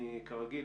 כרגיל,